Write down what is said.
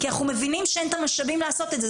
כי אנחנו מבינים שאין את המשאבים לעשות את זה.